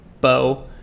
bow